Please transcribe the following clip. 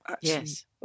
yes